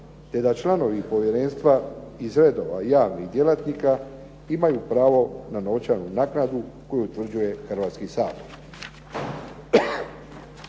te da članovi povjerenstva iz redova javnih djelatnika, imaju pravo na novčanu naknadu koju utvrđuje Hrvatski sabor.